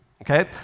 okay